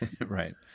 Right